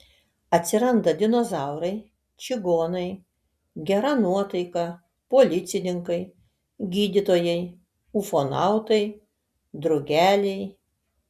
atsiranda dinozaurai čigonai gera nuotaika policininkai gydytojai ufonautai drugeliai